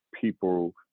people